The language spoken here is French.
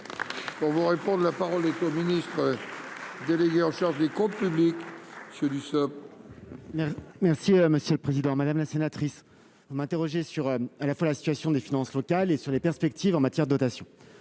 On vous réponde : la parole au ministre délégué en charge des comptes publics du. Merci monsieur le président, madame la sénatrice, vous m'interrogez sur à la fois la situation des finances locales et sur les perspectives en matière de notation